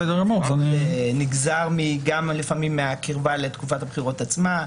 זה נגזר לפעמים גם מהקרבה לתקופת הבחירות עצמה.